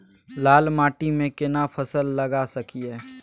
लाल माटी में केना फसल लगा सकलिए?